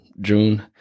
June